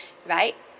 right